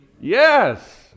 Yes